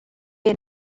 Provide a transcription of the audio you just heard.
and